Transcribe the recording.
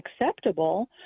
acceptable